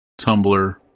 Tumblr